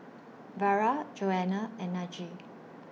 Vara Joanna and Najee